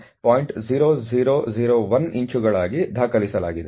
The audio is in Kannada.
0001 ಇಂಚುಗಳಾಗಿ ದಾಖಲಿಸಲಾಗಿದೆ